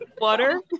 Water